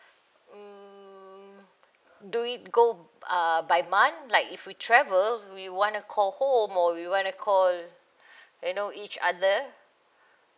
mm do it go err by month like if we travel we wanna call home or we wanna call you know each other